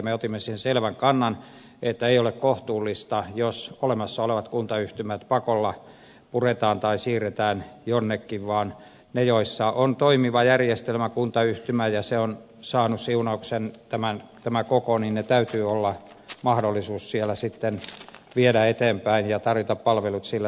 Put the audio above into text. me otimme siihen selvän kannan että ei ole kohtuullista jos olemassa olevat kuntayhtymät pakolla puretaan tai siirretään jonnekin vaan niillä joissa on toimiva järjestelmä kuntayhtymä ja tämä koko on saanut siunauksen tämän tämä koko niin ne täytyy olla mahdollisuus siellä sitten viedä asioita eteenpäin ja tarjota palvelut sillä tavalla